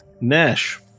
Nash